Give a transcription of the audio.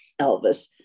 Elvis